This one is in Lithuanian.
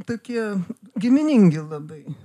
tokie giminingi labai